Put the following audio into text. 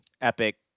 epic